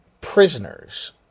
prisoners